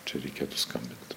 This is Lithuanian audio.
čia reikėtų skambinti